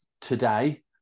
today